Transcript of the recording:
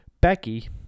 Becky